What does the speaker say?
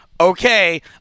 okay